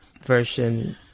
version